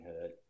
Hood